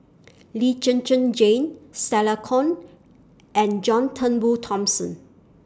Lee Zhen Zhen Jane Stella Kon and John Turnbull Thomson